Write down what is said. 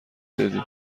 دادی